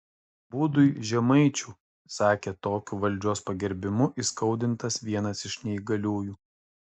būdui žemaičių sakė tokiu valdžios pagerbimu įskaudintas vienas iš neįgaliųjų